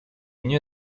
nie